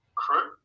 crew